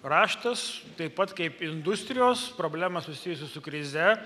raštas taip pat kaip industrijos problema susijusi su krize